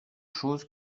choses